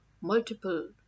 multiple